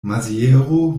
maziero